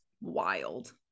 wild